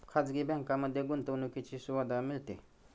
खाजगी बँकांमध्ये गुंतवणुकीची सुविधा मिळते